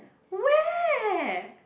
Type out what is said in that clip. where